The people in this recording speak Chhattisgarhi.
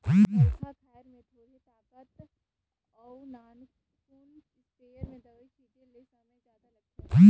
बड़खा खायर में थोरहें ताकत अउ नानकुन इस्पेयर में दवई छिटे ले समे जादा लागथे